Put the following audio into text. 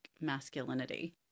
masculinity